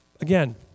again